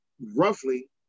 roughly